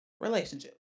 relationship